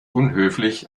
unhöflich